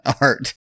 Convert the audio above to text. art